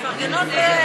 מפרגנות.